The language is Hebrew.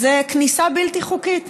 זה כניסה בלתי חוקית,